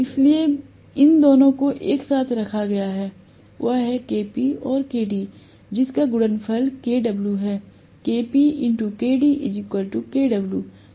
इसलिए इन दोनों को एक साथ रखा गया है वह है Kp और Kd जिसका गुणनफल Kw है जो घुमावदार कारक है